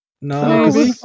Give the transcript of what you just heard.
No